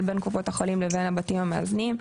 בין קופות החולים לבין הבתים המאזנים,